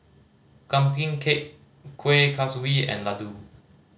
cake Kueh Kaswi and laddu